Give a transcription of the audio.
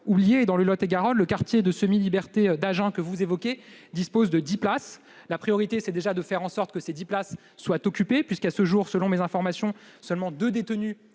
oublié. Dans le Lot-et-Garonne, le quartier de semi-liberté d'Agen, que vous évoquez, dispose de dix places. Notre priorité est déjà de faire en sorte que ces places soient occupées, puisque, à ce jour, selon mes informations, deux détenus